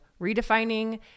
redefining